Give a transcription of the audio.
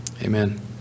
Amen